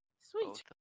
Sweet